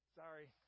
sorry